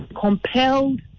compelled